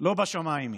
לא בשמיים היא.